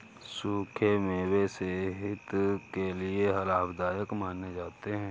सुखे मेवे सेहत के लिये लाभदायक माने जाते है